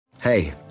Hey